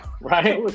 Right